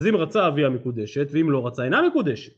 אז אם רצה אביה מקודשת ואם לא רצה אינה מקודשת